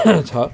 छ